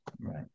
right